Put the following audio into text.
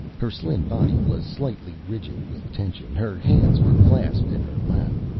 her slim body was slightly rigid with tension, her hands were clasped in her lap.